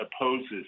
opposes